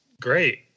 great